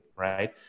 Right